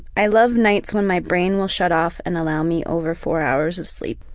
i love nights when my brain will shut off and allow me over four hours of sleep.